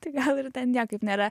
tai gal ir ten niekaip nėra